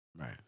Right